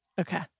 Okay